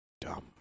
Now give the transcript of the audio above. Dumb